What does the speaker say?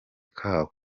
kabo